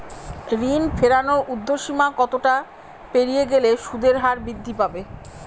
ঋণ ফেরানোর উর্ধ্বসীমা কতটা পেরিয়ে গেলে সুদের হার বৃদ্ধি পাবে?